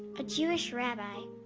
a jewish rabbi.